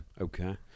okay